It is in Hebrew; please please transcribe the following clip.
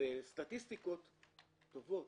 הסטטיסטיקות טובות,